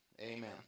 Amen